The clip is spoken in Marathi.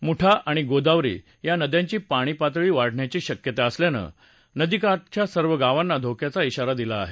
मुठा आणि गोदावरी या नद्यांची पाणीपातळी वाढण्याची शक्यता असल्यानं नदीकाठावरच्या गावांना धोक्याचा आरा दिला आहे